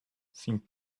seemed